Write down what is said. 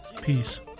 Peace